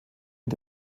mit